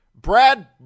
Brad